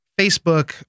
Facebook